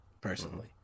personally